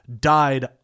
died